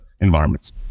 environments